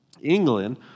England